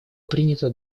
принято